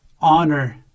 honor